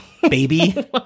Baby